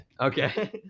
Okay